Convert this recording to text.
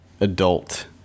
adult